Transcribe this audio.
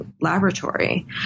laboratory